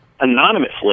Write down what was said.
anonymously